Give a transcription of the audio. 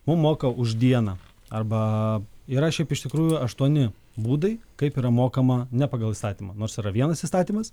mum moka už dieną arba yra šiaip iš tikrųjų aštuoni būdai kaip yra mokama ne pagal įstatymą nors yra vienas įstatymas